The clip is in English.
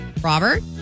Robert